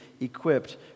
equipped